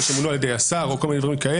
אבל שהם לא על ידי השר או כל מיני דברים כאלה.